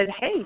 hey